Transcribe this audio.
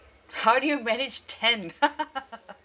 how do you manage ten